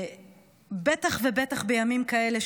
בטח ובטח בימים כאלה,